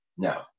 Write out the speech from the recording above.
No